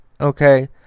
Okay